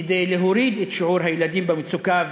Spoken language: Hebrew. כדי להוריד את שיעור הילדים במצוקה,